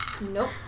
Nope